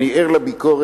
אני ער לביקורת